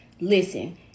listen